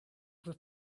was